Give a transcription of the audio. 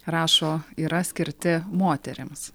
rašo yra skirti moterims